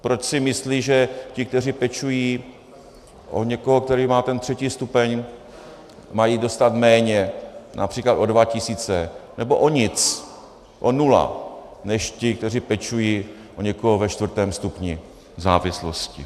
Proč si myslí, že ti, kteří pečují o někoho, kdo má třetí stupeň, mají dostat méně, například o dva tisíce, nebo o nic, o nulu, než ti, kteří pečují o někoho ve čtvrtém stupni závislosti.